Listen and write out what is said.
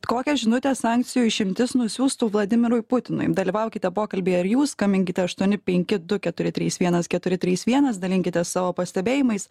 kokią žinutę sankcijų išimtis nusiųstų vladimirui putinui dalyvaukite pokalbyje ir jūs skambinkite aštuoni penki du keturi trys vienas keturi trys vienas dalinkitės savo pastebėjimais